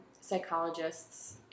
psychologists